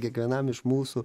kiekvienam iš mūsų